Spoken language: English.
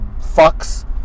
fucks